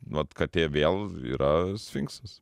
vat katė vėl yra sfinksas